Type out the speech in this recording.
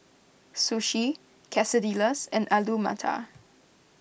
Sushi Quesadillas and Alu Matar